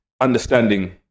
understanding